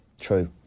True